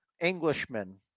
Englishman